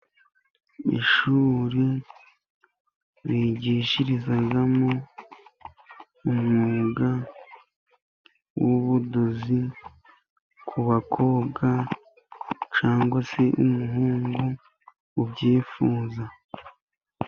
Ishuri bigishirizamo umwuga w'ubudozi ku bakobwa, cyangwa se n'umuhungu ubyifuza.